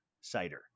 cider